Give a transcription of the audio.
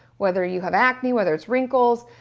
whether you have acne, whether it's wrinkles,